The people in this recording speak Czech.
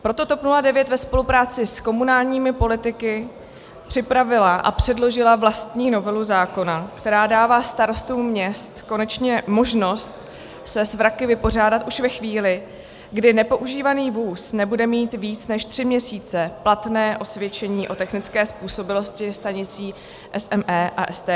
Proto TOP 09 ve spolupráci s komunálními politiky připravila a předložila vlastní novelu zákona, která dává starostům měst konečně možnost se s vraky vypořádat už ve chvíli, kdy nepoužívaný vůz nebude mít víc než tři měsíce platné osvědčení o technické způsobilosti stanicí SME a STK.